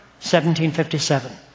1757